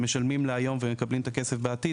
שמשלמים לה היום ומקבלים את הכסף בעתיד,